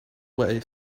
way